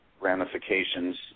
ramifications